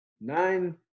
nine